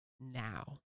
now